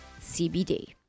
CBD